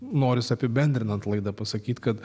norisi apibendrinant laidą pasakyt kad